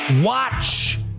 watch